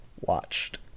watched